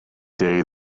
day